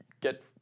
get